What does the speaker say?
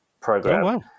program